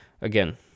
again